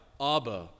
Abba